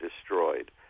destroyed